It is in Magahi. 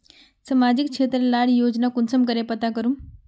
सामाजिक क्षेत्र लार योजना कुंसम करे पता करूम?